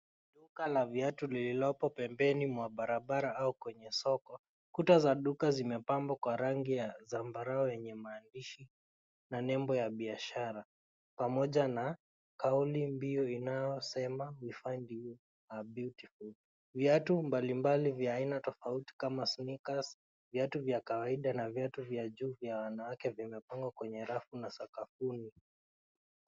Duka la viatu lililopo pembeni mwa barabara au kwenye soko. Kuta za duka zimepambwa kwa rangi ya zambarau yenye maandishi na nembo ya biashara pamoja na kaulimbiu inayosema we find you are beautiful . Viatu mbalimbali vya aina tofauti kama sneakers , viatu vya kawaida na viatu vya juu vya wanawake vimepangwa kwenye rafu na sakafuni.